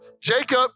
Jacob